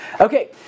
Okay